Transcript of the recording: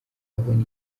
abona